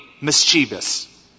mischievous